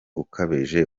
ukabije